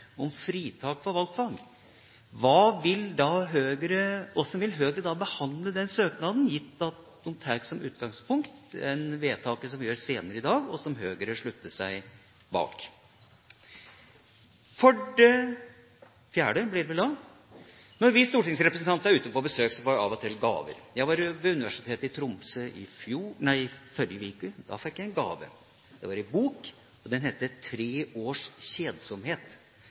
om fritak for valgfag, hvordan vil Høyre da behandle den søknaden, gitt at de tar utgangspunkt i det vedtaket vi gjør senere i dag, og som Høyre slutter seg til? For det fjerde: Når vi stortingsrepresentanter er ute på besøk, får vi av og til gaver. Jeg var på Universitetet i Tromsø i forrige uke, og da fikk jeg en gave. Det var ei bok, og den heter «Tre års kjedsomhet?»